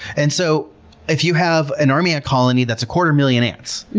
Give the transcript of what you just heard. and so if you have an army ant colony that's a quarter million ants.